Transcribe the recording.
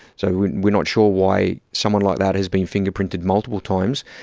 so we're not sure why someone like that has been fingerprinted multiple times.